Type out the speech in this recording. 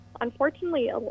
unfortunately